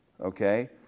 Okay